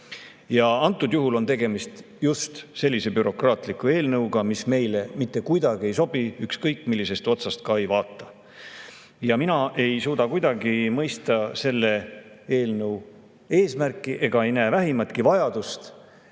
Antud juhul on tegemist just sellise bürokraatliku eelnõuga, mis meile mitte kuidagi ei sobi, ükskõik, millisest otsast ka ei vaata. Mina ei suuda kuidagi mõista selle eelnõu eesmärki ega näe vähimatki vajadust